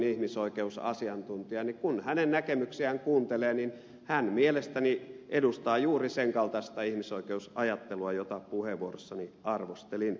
kun hänen näkemyksiään kuuntelee niin hän mielestäni edustaa juuri sen kaltaista ihmisoikeusajattelua jota puheenvuorossani arvostelin